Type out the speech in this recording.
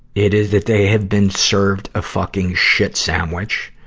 it is, that they have been served a fucking shit sandwich.